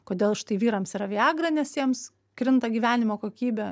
kodėl štai vyrams yra viagra nes jiems krinta gyvenimo kokybė